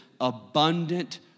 abundant